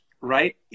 right